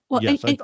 yes